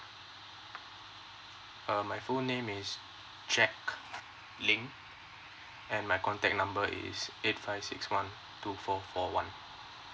uh my full name is jack ling mm and my contact number is eight five six one two four four one